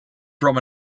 from